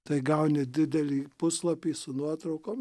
tai gauni didelį puslapį su nuotraukom